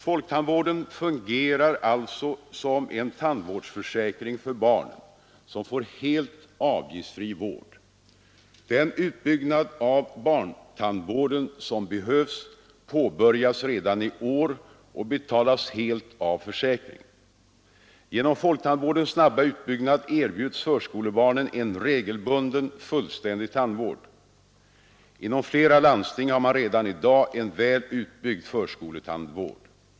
Folktandvården fungerar alltså som en tandvårdsförsäkring för barnen, som får helt avgiftsfri vård. Den utbyggnad av barntandvården som behövs påbörjas redan i år och betalas helt av försäkringen. Genom folktandvårdens snabba utbyggnad erbjuds förskolebarnen en regelbunden, fullständig tandvård. Inom flera landsting har man redan i dag en väl utbyggd förskoletandvård.